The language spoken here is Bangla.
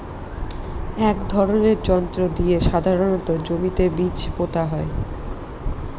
এক ধরনের যন্ত্র দিয়ে সাধারণত জমিতে বীজ পোতা হয়